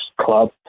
club